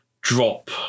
drop